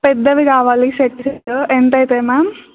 పెద్దవి కావాలి సెట్ ఎంత అయితయి మ్యామ్